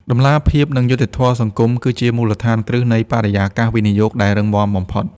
តម្លាភាព និងយុត្តិធម៌សង្គម គឺជាមូលដ្ឋានគ្រឹះនៃបរិយាកាសវិនិយោគដែលរឹងមាំបំផុត។